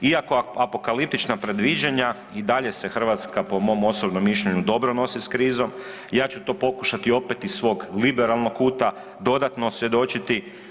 Iako, apokaliptična predviđanja i dalje se Hrvatska po mom osobnom mišljenju dobro nosi s krizom, ja ću to pokušati opet iz svog liberalnog kuta dodatno svjedočiti.